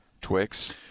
Twix